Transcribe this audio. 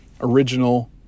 original